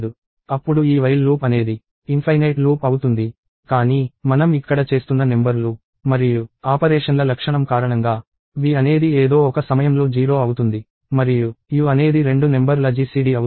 అప్పుడు ఈ while loop అనేది ఇన్ఫైనేట్ లూప్ అవుతుంది కానీ మనం ఇక్కడ చేస్తున్న నెంబర్ లు మరియు ఆపరేషన్ల లక్షణం కారణంగా v అనేది ఏదో ఒక సమయంలో 0 అవుతుంది మరియు u అనేది రెండు నెంబర్ ల GCD అవుతుంది